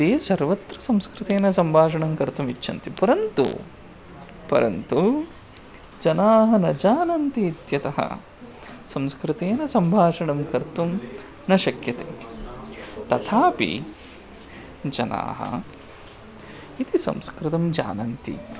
ते सर्वत्र संस्कृतेन सम्भाषणं कर्तुम् इच्छन्ति परन्तु परन्तु जनाः न जानन्ति इत्यतः संस्कृतेन सम्भाषणं कर्तुं न शक्यते तथापि जनाः इति संस्कृतं जानन्ति